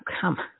come